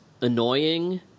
annoying